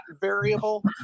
variable